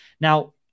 Now